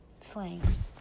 flames